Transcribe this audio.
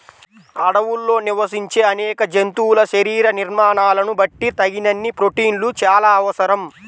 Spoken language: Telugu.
అడవుల్లో నివసించే అనేక జంతువుల శరీర నిర్మాణాలను బట్టి తగినన్ని ప్రోటీన్లు చాలా అవసరం